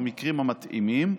במקרים המתאימים,